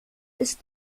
ist